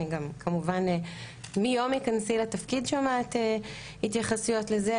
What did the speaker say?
וכמובן מיום היכנסי לתפקיד אני שומעת התייחסויות לזה.